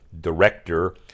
director